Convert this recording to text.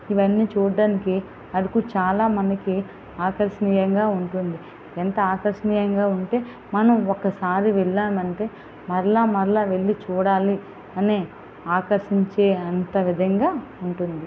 ఇవన్నీ చూడడానికి అరుకు చాలా మనకి ఆకర్షణీయంగా ఉంటుంది ఎంత ఆకర్షనీయంగా ఉంటే మనం ఒకసారి వెళ్ళాం అంటే మరల మరల వెళ్ళి చూడాలి అనే ఆకర్షించేంత విధంగా ఉంటుంది